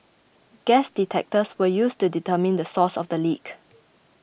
gas detectors were used to determine the source of the leak